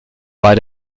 bei